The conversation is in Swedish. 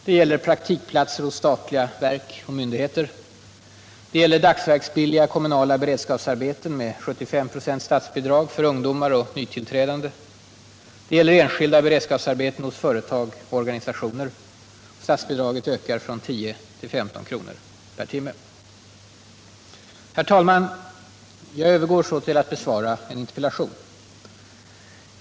Det gäller praktikplatser hos statliga verk och myndigheter, det gäller dagsverksbilliga kommunala beredskapsarbeten med 75 96 statsbidrag för ungdomar och nytillträdande, och det gäller enskilda beredskapsarbeten hos företag och organisationer. Statsbidraget ökar från 10 till 15 kr. per timme. Herr talman! Jag övergår nu till att besvara en interpellation.